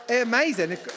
amazing